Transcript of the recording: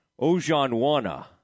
Ojanwana